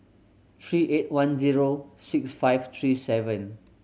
three eight one zero six five three seven